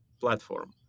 platform